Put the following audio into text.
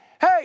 hey